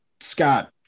Scott